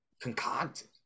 concocted